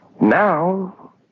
Now